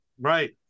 Right